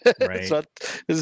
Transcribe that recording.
right